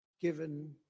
given